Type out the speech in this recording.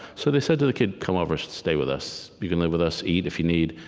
so they said to the kid, come over. stay with us. you can live with us. eat if you need.